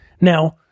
Now